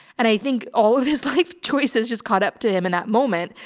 and i think all of his life choices just caught up to him in that moment.